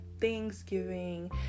thanksgiving